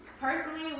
personally